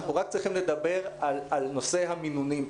אנחנו רק צריכים לדבר על נושא המינונים.